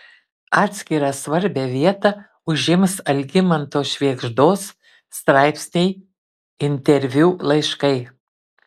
atskirą svarbią vietą užims algimanto švėgždos straipsniai interviu laiškai